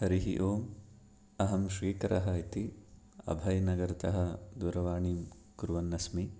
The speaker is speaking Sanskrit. हरिः ओम् अहं श्रीकरः इति अभयनगरतः दूरवाणीं कुर्वन् अस्मि